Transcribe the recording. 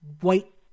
White